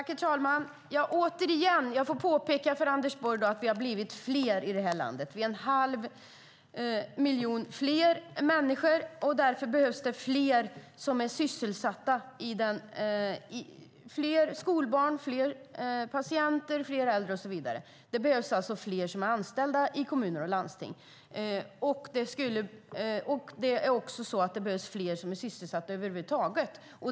Herr talman! Återigen vill jag påpeka för Anders Borg att vi har blivit fler i det här landet. Vi är en halv miljon fler människor. Det är fler skolbarn, fler patienter, fler äldre och så vidare. Det behövs alltså fler som är anställda i kommuner och landsting. Det behövs också fler som är sysselsatta över huvud taget.